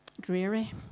dreary